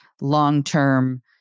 long-term